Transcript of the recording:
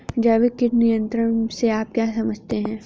जैविक कीट नियंत्रण से आप क्या समझते हैं?